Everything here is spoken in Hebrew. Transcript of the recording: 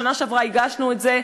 בשנה שעברה הגשנו את זה,